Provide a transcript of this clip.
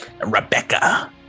Rebecca